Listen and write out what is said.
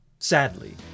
Sadly